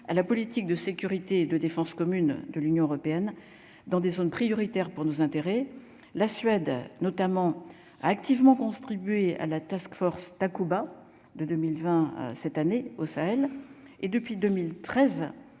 à la politique de sécurité et de défense commune de l'Union Européenne dans des zones prioritaires pour nos intérêts la Suède notamment activement construit buée à la Task Force Takuba de 2020 cette année au Sahel et depuis 2013